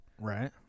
right